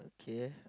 okay